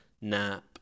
nap